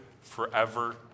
forever